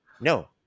no